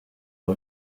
aba